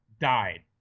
died